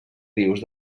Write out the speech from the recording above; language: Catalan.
rius